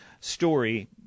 story